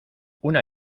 una